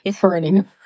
burning